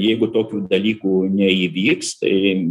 jeigu tokių dalykų neįvyks tai